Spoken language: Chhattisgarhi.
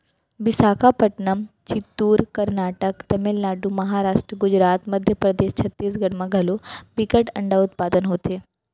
बिसाखापटनम, चित्तूर, करनाटक, तमिलनाडु, महारास्ट, गुजरात, मध्य परदेस, छत्तीसगढ़ म घलौ बिकट अंडा उत्पादन होथे